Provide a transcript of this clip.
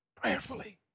prayerfully